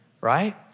Right